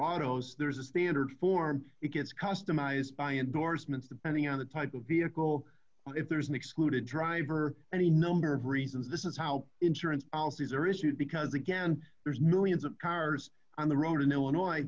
autos there is a standard form it gets customized by endorsements depending on the type of vehicle if there is an excluded driver and a number of reasons this is how insurance policies are issued because again there's millions of cars on the road in illinois